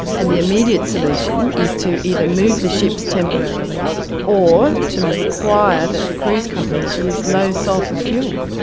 and the immediate solution is to either move the ships temporarily or to require that the cruise companies use low sulphur fuel.